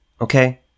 Okay